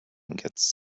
gets